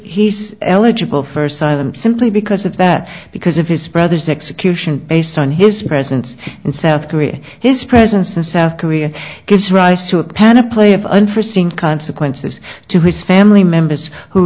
he's eligible for silent simply because of that because of his brother's execution based on his presence in south korea his presence in south korea gives rise to a pan of play of unforseen consequences to his family members who